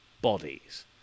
bodies